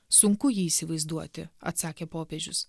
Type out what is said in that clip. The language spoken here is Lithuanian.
sunku jį įsivaizduoti atsakė popiežius